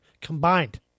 combined